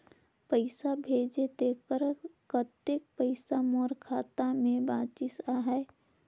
पइसा भेजे तेकर कतेक पइसा मोर खाता मे बाचिस आहाय?